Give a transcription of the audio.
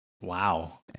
Wow